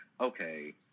okay